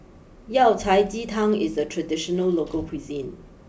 Yao Cai Ji Tang is a traditional local cuisine